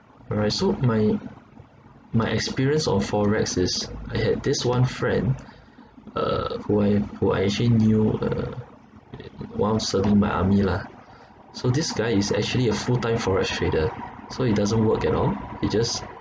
all right so my my experience on FOREX is I had this one friend uh who I who I actually knew uh while serving my army lah so this guy is actually a full time FOREX trader so he doesn't work at all he just